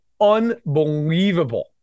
unbelievable